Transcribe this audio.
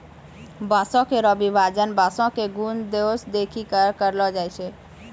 बांसों केरो विभाजन बांसों क गुन दोस देखि कॅ करलो जाय छै